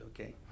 okay